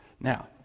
Now